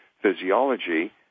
physiology